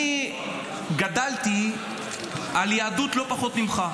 אני גדלתי על יהדות לא פחות ממך,